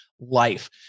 life